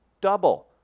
double